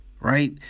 right